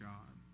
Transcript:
God